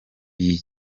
iyi